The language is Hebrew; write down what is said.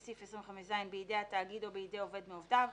סעיף 25ז בידי התאגיד או בידי עובד מעובדיו,